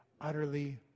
utterly